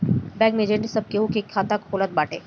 bank के agent सब केहू के खाता खोलत बाटे